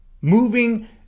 moving